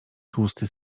tłusty